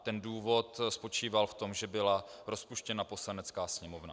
Ten důvod spočíval v tom, že byla rozpuštěna Poslanecká sněmovna.